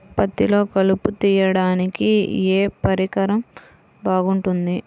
పత్తిలో కలుపు తీయడానికి ఏ పరికరం బాగుంటుంది?